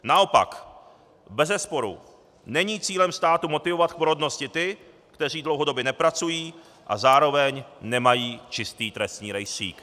Naopak bezesporu není cílem státu motivovat k porodnosti ty, kteří dlouhodobě nepracují a zároveň nemají čistý trestní rejstřík.